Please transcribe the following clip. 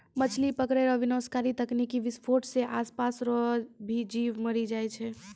मछली पकड़ै रो विनाशकारी तकनीकी विसफोट से आसपास रो भी जीब मरी जाय छै